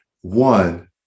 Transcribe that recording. One